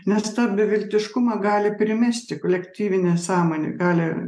nes tą beviltiškumą gali primesti kolektyvinė sąmonė gali